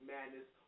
Madness